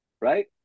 right